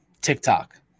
TikTok